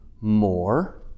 more